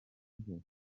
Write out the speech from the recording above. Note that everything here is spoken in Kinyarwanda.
isigaye